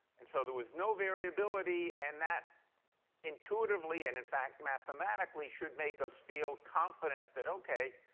and so there was no variability, and that intuitively and in fact, mathematically should make us feel confident that, ok,